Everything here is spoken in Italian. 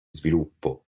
sviluppo